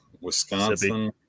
Wisconsin